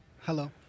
Hello